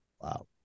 wow